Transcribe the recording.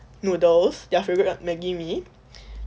noodles their favourite maggie mee